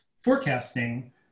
forecasting